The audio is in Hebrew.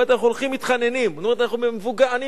אנחנו הולכים ומתחננים, היא אומרת, אני מבוגרת,